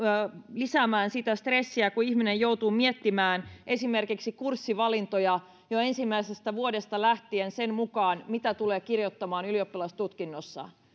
lisäämään stressiä kun ihminen joutuu miettimään esimerkiksi kurssivalintoja jo ensimmäisestä vuodesta lähtien sen mukaan mitä tulee kirjoittamaan ylioppilastutkinnossa